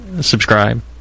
subscribe